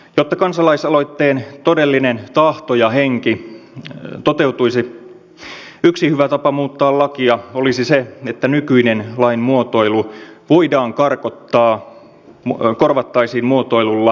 jotta kansalaisaloitteen todellinen tahto ja henki toteutuisi yksi hyvä tapa muuttaa lakia olisi se että nykyinen lain muotoilu voidaan karkottaa korvattaisiin muotoilulla karkotetaan